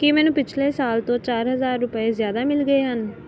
ਕੀ ਮੈਨੂੰ ਪਿਛਲੇ ਸਾਲ ਤੋਂ ਚਾਰ ਹਜ਼ਾਰ ਰੁਪਏ ਜ਼ਿਆਦਾ ਮਿਲ ਗਏ ਹਨ